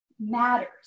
matters